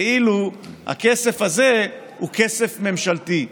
כאילו הכסף הזה הוא כסף ממשלתי.